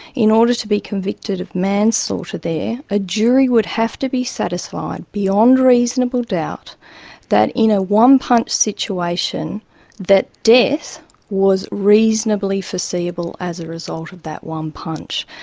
in order to be convicted of manslaughter there a jury would have to be satisfied beyond reasonable doubt that in a one-punch situation that death was reasonably foreseeable as a result of that one punch.